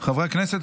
חברי הכנסת,